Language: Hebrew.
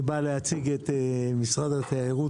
אני בא להציג את משרד התיירות,